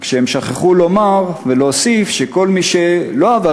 רק שהם שכחו לומר ולהוסיף שכל מי שלא עבר